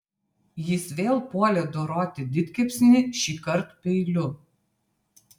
jis vėl puolė doroti didkepsnį šįkart peiliu